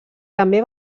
també